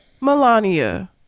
Melania